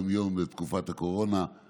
היום מדינת ישראל מונה למעלה משבעה מיליון יהודים,